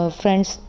friends